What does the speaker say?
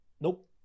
Nope